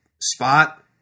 spot